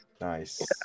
nice